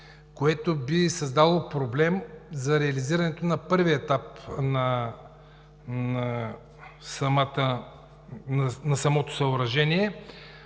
което би създало проблем за реализирането на първия етап на самото съоръжение.